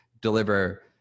deliver